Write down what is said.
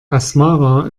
asmara